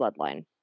bloodline